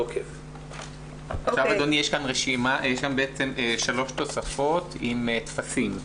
יש כאן שלוש תוספות עם כספים.